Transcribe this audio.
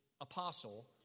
apostle